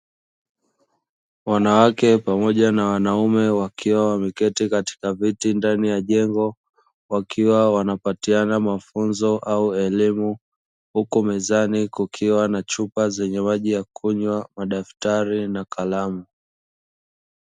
Wanawake pamoja na wanaume wakiwa wameketi katika viti ndani ya jengo wakiwa wanapatiana mafunzo au elimu, huku mezani kukiwa na chupa zenye maji ya kunywa, madaftari na kalamu.